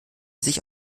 sich